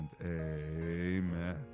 amen